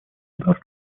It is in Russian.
удар